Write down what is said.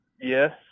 yes